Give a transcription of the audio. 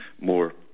more